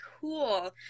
cool